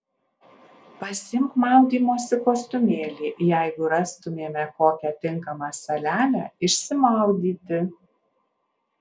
pasiimk maudymosi kostiumėlį jeigu rastumėme kokią tinkamą salelę išsimaudyti